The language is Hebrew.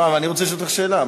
אבל אני רוצה לשאול אותך שאלה.